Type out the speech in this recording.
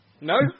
No